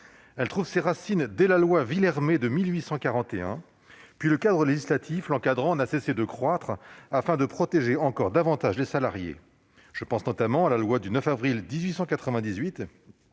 Elle trouve ses racines dans la loi Villermé de 1841. Depuis lors, le cadre législatif l'encadrant n'a cessé de croître, afin de protéger davantage les salariés ; je pense notamment à la loi du 9 avril 1898